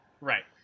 Right